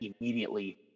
immediately